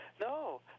no